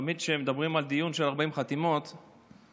תמיד כשמדברים על דיון של 40 חתימות לפחות